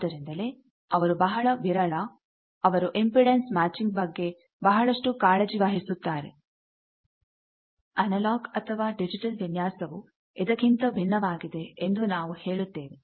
ಆದ್ದರಿಂದಲೇ ಅವರು ಬಹಳ ವಿರಳ ಅವರು ಇಂಪೆಡನ್ಸ್ ಮ್ಯಾಚಿಂಗ್ ಬಗ್ಗೆ ಬಹಳಷ್ಟು ಕಾಳಜಿ ವಹಿಸುತ್ತಾರೆ ಅನಲಾಗ್ ಅಥವಾ ಡಿಜಿಟಲ್ ವಿನ್ಯಾಸವು ಇದಕ್ಕಿಂತ ಭಿನ್ನವಾಗಿದೆ ಎಂದು ನಾವು ಹೇಳುತ್ತೇವೆ